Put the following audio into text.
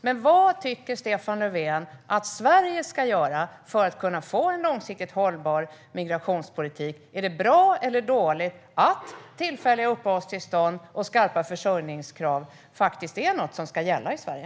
Men vad tycker Stefan Löfven att Sverige ska göra för att få en långsiktigt hållbar migrationspolitik? Är det bra eller dåligt att tillfälliga uppehållstillstånd och skarpa försörjningskrav faktiskt är något som ska gälla i Sverige?